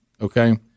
Okay